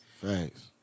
Thanks